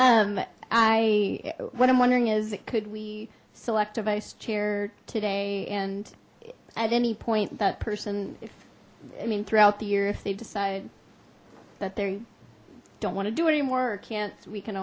blackerby i what i'm wondering is it could we select a vice chair today and at any point that person i mean throughout the year if they decide that they don't want to do anymore or can't we can